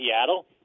Seattle